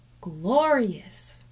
glorious